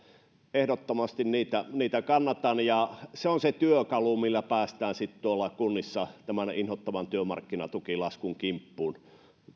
ehdottomasti niitä niitä kannatan se on se työkalu millä päästään sitten tuolla kunnissa tämän inhottavan työmarkkinatukilaskun kimppuun